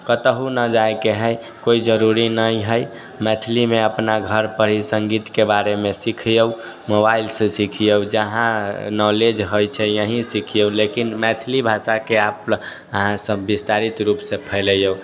कतहुँ नहि जाइके हइ कोइ जरुरी नहि हइ मैथिलीमे ही अपना घरपर ही सङ्गीतके बारेमे सिखियौ मोबाइलसँ सिखियौ जहाँ नॉलेज होइ छै वहीं सिखियौ लेकिन मैथिली भाषाके अहाँ सब विस्तारित रूपसँ फैलैयौ